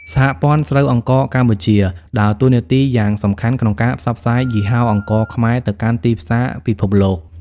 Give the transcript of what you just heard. សហព័ន្ធស្រូវអង្ករកម្ពុជាដើរតួនាទីយ៉ាងសកម្មក្នុងការផ្សព្វផ្សាយយីហោអង្ករខ្មែរទៅកាន់ទីផ្សារពិភពលោក។